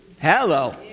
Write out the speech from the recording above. Hello